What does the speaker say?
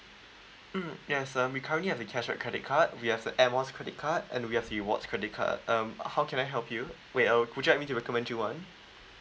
mm yes uh we currently have the cashback credit card we have the air miles credit card and we have rewards credit card um uh how can I help you wait or would you want me to recommend you one